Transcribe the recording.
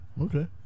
okay